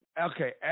okay